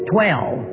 Twelve